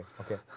okay